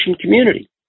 community